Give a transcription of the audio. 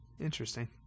Interesting